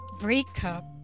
breakup